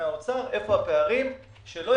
מהמשכנתא בריבית פריים ובאיזו ריבית שהוא